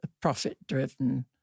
profit-driven